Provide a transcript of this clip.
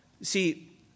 See